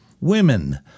Women